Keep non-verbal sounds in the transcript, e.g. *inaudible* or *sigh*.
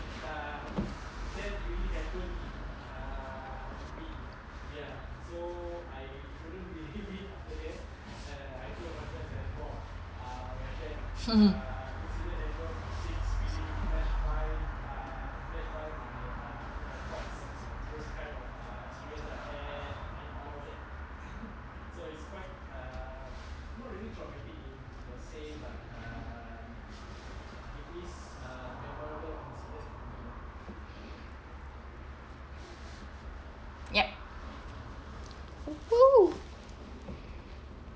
*laughs* yup !woohoo!